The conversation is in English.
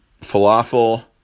falafel